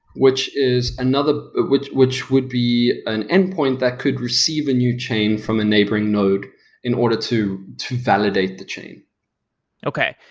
which is another which which would be an endpoint that could receive a new chain from a neighboring node in order to to validate the chain okay.